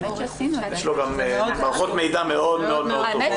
יש לו מערכות מידע מאוד מאוד טובות.